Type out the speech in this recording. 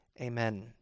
amen